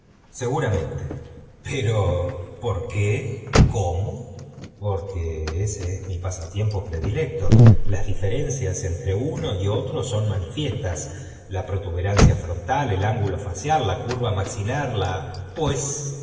seguramente pero por qué cómo porgue e se es mi pasatiempo predilecto las aiierenciás entre uno y otro son manifiestae la protuberancia frontal el ángulo facial i a curva maxilar la pues éste